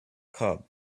cub